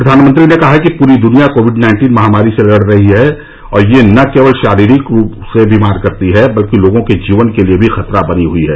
प्रधानमंत्री ने कहा कि पूरी दुनिया कोविड नाइन्टीन महामारी से लड़ रही है और यह न केवल शारीरिक रूप से बीमार करती है बल्कि लोगों के जीवन के लिए भी खतरा बनी हुई है